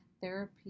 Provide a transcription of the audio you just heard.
therapy